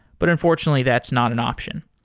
but unfortunately that's not an option.